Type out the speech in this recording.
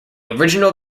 original